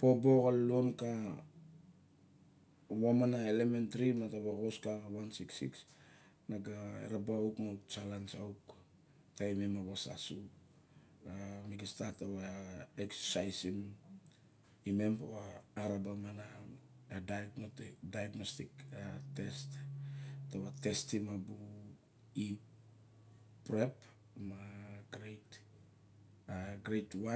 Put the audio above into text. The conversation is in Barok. bobo xa luluon ka xa 166. Na ga eraba uk ma challenge auk ka vimem pawa araba ma na dysmetic, dysmetic a test, ta wa testim a bu. E prep ma grade ma grade two.